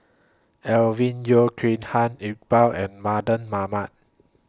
Alvin Yeo Khirn Hai Iqbal and Mardan Mamat